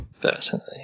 Personally